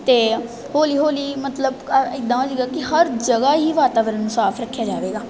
ਅਤੇ ਹੌਲੀ ਹੌਲੀ ਮਤਲਬ ਇੱਦਾਂ ਹੋ ਜਾਵੇਗਾ ਕਿ ਮਤਲਬ ਹਰ ਜਗ੍ਹਾ ਹੀ ਵਾਤਾਵਰਨ ਸਾਫ਼ ਰੱਖਿਆ ਜਾਵੇਗਾ